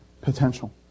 potential